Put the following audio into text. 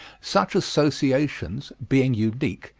such associations, being unique,